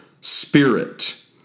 spirit